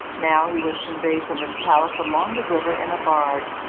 now he was conveyed from his palace along the river in a barge,